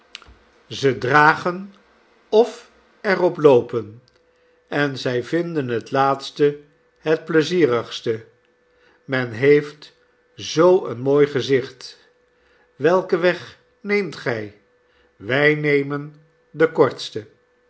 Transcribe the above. ze dragen of er op loopen en zij vinden het laatste het pleizierigste men heeft zoo een mooi gezicht welken weg neemt gij wij nemen den kortsten